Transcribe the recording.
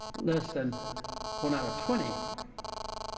less than one out of twenty